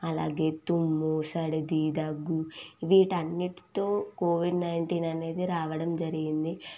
అలాగే తుమ్ము సర్ది దగ్గు వీటి అన్నింటితో కోవిడ్ నైంటీన్ అనేది రావడం జరిగింది